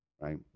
Right